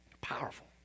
powerful